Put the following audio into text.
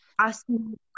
asking